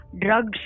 Drugs